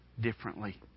differently